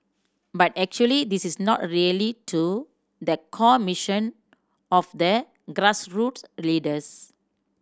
but actually this is not really to the core mission of the grassroots leaders